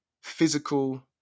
physical